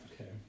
Okay